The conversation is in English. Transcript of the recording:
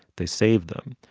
they saved them.